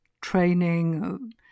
training